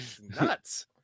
Nuts